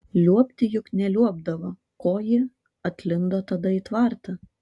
liuobti juk neliuobdavo ko ji atlindo tada į tvartą